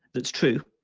that's true.